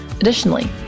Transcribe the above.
Additionally